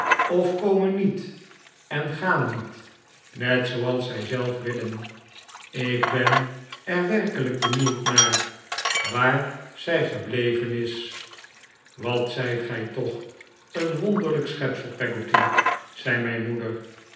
of komen niet en gaan niet net zooals zij zelf willen ik ben er werkelijk benieuwd naar waar zij gebleven is wat zijt ge toch een wonderlijk schepsel peggotty zei mijn moeder